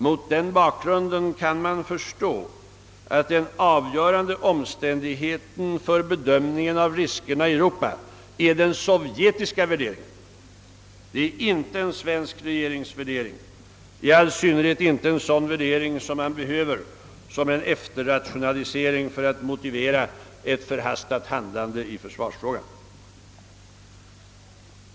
Mot den bakgrunden kan man förstå att den avgörande omständigheten för bedömningen av riskerna i Europa är den sovjetiska värderingen. Det är inte en svensk regerings värdering, i all synnerhet inte en sådan värdering som behövs som en efterrationalisering för att motivera ett förhastat handlande i försvarsfrågan.